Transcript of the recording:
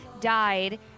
Died